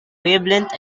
wavelength